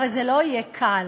הרי זה לא יהיה קל,